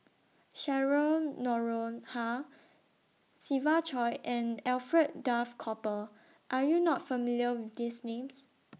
Cheryl Noronha Siva Choy and Alfred Duff Cooper Are YOU not familiar with These Names